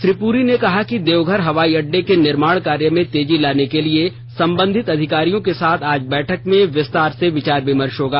श्री पुरी ने कहा कि देवघर हवाई अड्डे के निर्माण कार्य में तेजी लाने के लिए संबंधित अधिकारियों के साथ आज बैठक में विस्तार से विचार विमर्श होगा